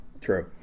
True